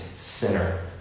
sinner